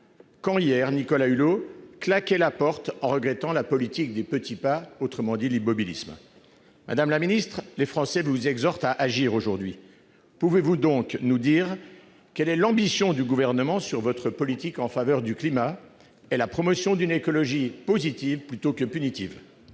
hier, Nicolas Hulot claquait la porte en regrettant la politique des petits pas, autrement dit l'immobilisme. Les Français vous exhortent aujourd'hui à agir. Pouvez-vous nous indiquer quelle est l'ambition du Gouvernement en matière de politique en faveur du climat et de promotion d'une écologie positive plutôt que punitive ?